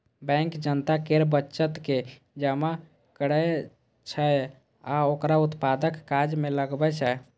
bank जनता केर बचत के जमा करै छै आ ओकरा उत्पादक काज मे लगबै छै